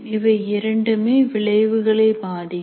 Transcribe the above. இவை இரண்டுமே விளைவுகளை பாதிக்கும்